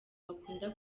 akunda